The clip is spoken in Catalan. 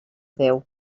déu